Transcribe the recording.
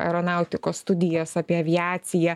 aeronautikos studijas apie aviaciją